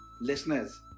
listeners